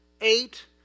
eight